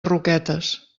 roquetes